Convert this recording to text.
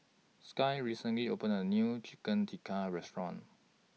Sky recently opened A New Chicken Tikka Restaurant